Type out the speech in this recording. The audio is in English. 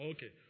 Okay